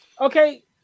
okay